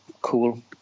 cool